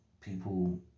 people